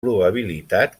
probabilitat